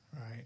right